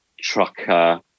Trucker